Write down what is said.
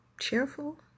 cheerful